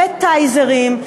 בטייזרים,